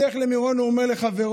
בדרך למירון הוא אמר לחברו: